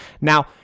Now